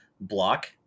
block